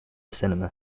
cinema